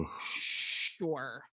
sure